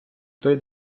той